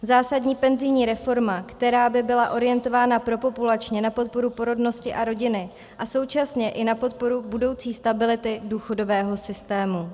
Zásadní penzijní reforma, která by byla orientována propopulačně na podporu porodnosti a rodiny a současně i na podporu budoucí stability důchodového systému.